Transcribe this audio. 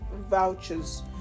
vouchers